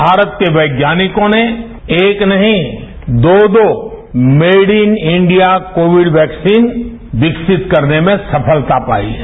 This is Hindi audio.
भारत के वैज्ञानिकों ने एक नहीं दो दो made in India covid vaccine विकसित करने में सफलता पाई है